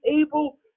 able